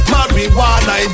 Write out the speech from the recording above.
Marijuana